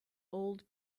old